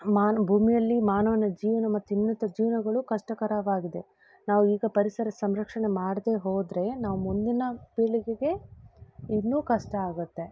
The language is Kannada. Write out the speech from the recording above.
ಮಾನ್ ಭೂಮಿಯಲ್ಲಿ ಮಾನವನ ಜೀವನ ಮತ್ತು ಇನ್ನಿತರ ಜೀವನಗಳು ಕಷ್ಟಕರವಾಗಿದೆ ನಾವೀಗ ಪರಿಸರದ ಸಂರಕ್ಷಣೆ ಮಾಡದೇ ಹೋದರೆ ನಾವು ಮುಂದಿನ ಪೀಳಿಗೆಗೆ ಇನ್ನೂ ಕಷ್ಟ ಆಗುತ್ತೆ